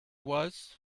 was